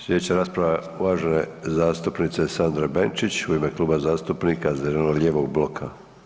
Sljedeća rasprava uvažene zastupnice Sandre Benčić u ime Kluba zastupnika zeleno-lijevog bloka.